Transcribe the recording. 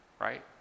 right